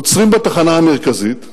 עוצרים בתחנה המרכזית,